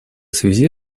связи